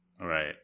Right